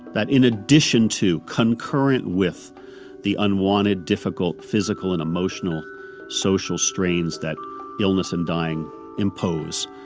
that in addition to, concurrent with the unwanted difficult physical and emotional social strains that illness and dying impose,